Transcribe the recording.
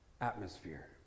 atmosphere